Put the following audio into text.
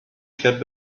had